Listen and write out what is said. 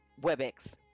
WebEx